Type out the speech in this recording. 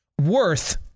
worth